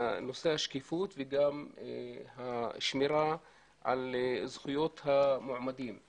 נושא השקיפות וגם השמירה על זכויות המועמדים;